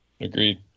agreed